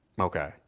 Okay